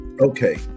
Okay